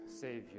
Savior